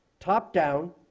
top down,